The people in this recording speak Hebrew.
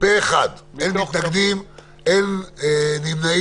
בעד הצעת החוק, רוב נגד, אין נמנעים,